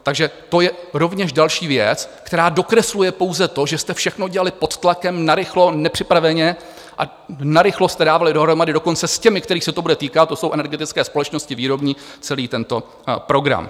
Takže to je rovněž další věc, která dokresluje pouze to, že jste všechno dělali pod tlakem, narychlo, nepřipraveně a narychlo jste dávali dohromady dokonce s těmi, kterých se to bude týkat, to jsou energetické společnosti, výrobní, celý tento program.